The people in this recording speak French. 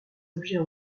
objets